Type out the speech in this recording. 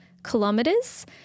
Kilometers